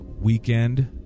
weekend